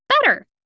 better